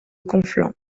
conflans